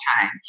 time